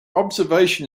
observation